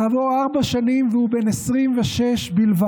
כעבור ארבע שנים, והוא בן 26 בלבד,